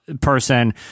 person